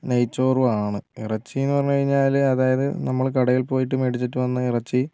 നെയ്ച്ചോറും ആണ് ഇറച്ചിയെന്ന് പറഞ്ഞു കഴിഞ്ഞാൽ അതായത് നമ്മൾ കടയിൽ പോയിട്ടു മേടിച്ചിട്ടു വന്ന ഇറച്ചി